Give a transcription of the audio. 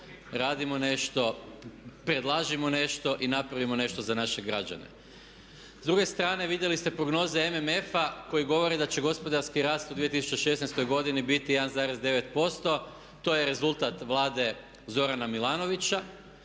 radimo nešto, predlažimo nešto i napravimo nešto za naše građane. S druge strane vidjeli ste prognoze MMF-a koji govori da će gospodarski rast u 2016. godini biti 1,9%, to je rezultat Vlade Zorana Milanovića